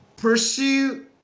Pursue